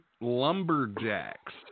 lumberjacks